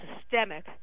systemic